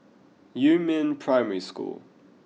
Yumin Primary School